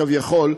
כביכול,